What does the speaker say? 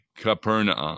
Capernaum